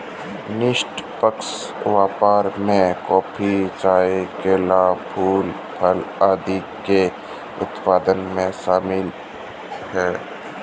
निष्पक्ष व्यापार में कॉफी, चाय, केला, फूल, फल आदि के उत्पाद सम्मिलित हैं